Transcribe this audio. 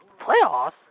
Playoffs